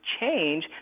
change